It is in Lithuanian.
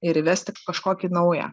ir įvesti kažkokį naują